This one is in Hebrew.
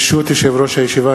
ברשות יושב-ראש הישיבה,